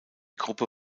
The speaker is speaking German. gruppe